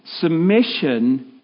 Submission